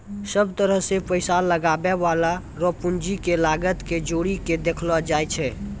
सब तरह से पैसा लगबै वाला रो पूंजी के लागत के जोड़ी के देखलो जाय छै